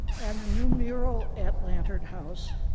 and a new mural at lantern house